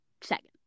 second